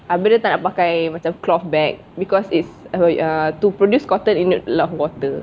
abeh dia tak nak pakai macam cloth bag because it's uh to produce cotton you need a lot of water